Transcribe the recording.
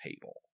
table